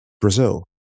Brazil